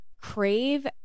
crave